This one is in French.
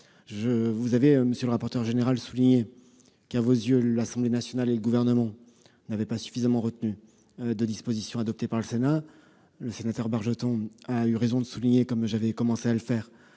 du Sénat. Monsieur le rapporteur général, à vos yeux, l'Assemblée nationale et le Gouvernement n'ont pas retenu suffisamment de dispositions adoptées par le Sénat. Le sénateur Bargeton a eu raison de souligner, comme j'avais commencé à le faire,